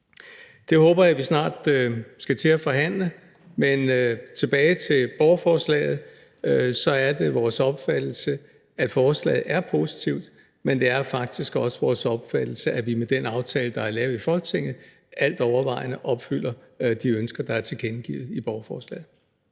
Det håber jeg vi snart skal til at forhandle, men tilbage til borgerforslaget. Det er vores opfattelse, at forslaget er positivt, men det er faktisk også vores opfattelse, at vi med den aftale, der er lavet i Folketinget, altovervejende opfylder de ønsker, der er tilkendegivet i borgerforslaget.